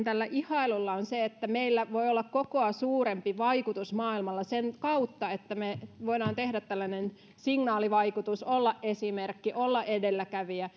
tällä ihailulla tarkoitin sitä että meillä voi olla kokoamme suurempi vaikutus maailmalla sen kautta että me voimme tehdä tällaisen signaalivaikutuksen olla esimerkki olla edelläkävijä